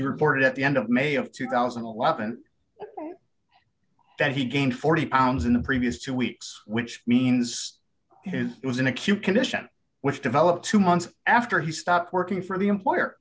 he reported at the end of may of two thousand and eleven that he gained forty pounds in the previous two weeks which means it was an acute condition which developed two months after he stopped working for the employer